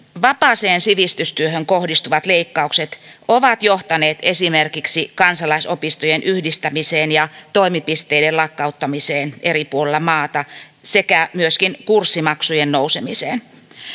vapaaseen sivistystyöhön kohdistuvat leikkaukset ovat johtaneet esimerkiksi kansalaisopistojen yhdistämiseen ja toimipisteiden lakkauttamiseen eri puolilla maata sekä myöskin kurssimaksujen nousemiseen